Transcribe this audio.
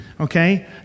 okay